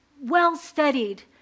well-studied